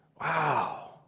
Wow